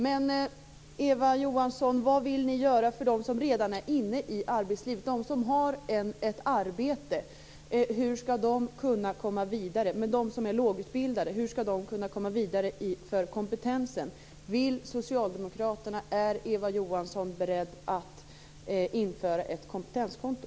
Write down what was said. Men, Eva Johansson, vad vill ni göra för dem som redan är inne i arbetslivet? Hur skall de som har ett arbete men är lågutbildade kunna komma vidare med sin kompetens? Är Eva Johansson beredd att införa ett kompetenskonto?